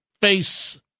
face